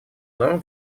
норм